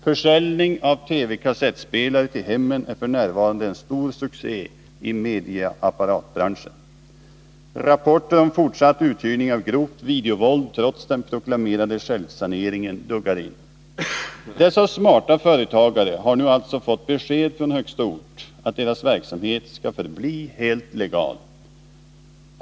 Försäljningen av TV kassettspelare till hemmen är för närvarande en stor succé i mediaapparatbranschen. Rapporter om fortsatt uthyrning av grovt videovåld trots den proklamerade ”självsaneringen” duggar in. Dessa smarta företagare har nu alltså fått besked från högsta ort att deras verksamhet skall förbli helt legal.